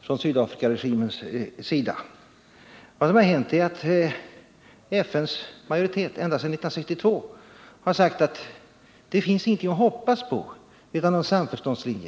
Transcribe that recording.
från den sydafrikanska Fredagen den regimens sida. I juni 1979 Vad som nu har hänt är att FN-majoriteten ända sedan 1962 sagt att det inte finns någonting att hoppas på i fråga om en samförståndslinje.